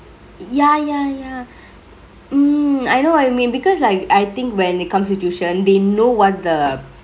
ya ya ya mm I know what you mean because like I think when it comes to tuition they know what the